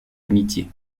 amitié